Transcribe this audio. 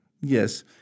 Yes